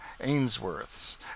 ainsworths